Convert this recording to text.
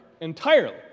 entirely